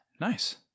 nice